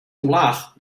omlaag